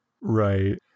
right